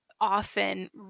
often